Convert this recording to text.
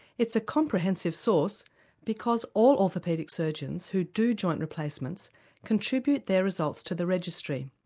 it's a comprehensive source because all orthopaedic surgeons who do joint replacements contribute their results to the registry.